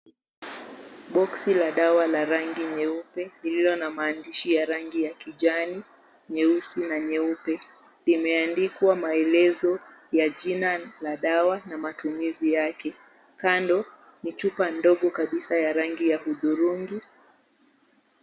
Boxi la dawa la rangi nyeupe lililo na maandishi ya rangi ya kijani, nyeusi na nyeupe. Limeandikwa maelezo ya jina la dawa na matumizi yake. Kando ni chupa ndogo kabisa ya rangi ya hudhurungi.